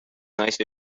nice